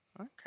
Okay